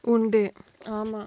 day